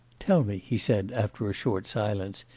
tell me he said after a short silence,